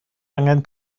angen